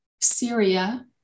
Syria